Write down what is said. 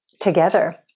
together